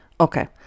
Okay